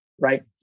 right